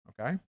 okay